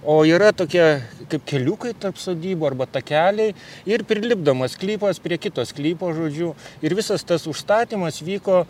o yra tokia kaip keliukai tarp sodybų arba takeliai ir prilipdoma sklypas prie kito sklypo žodžiu ir visas tas užstatymas vyko